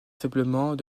faiblement